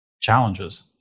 challenges